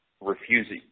refusing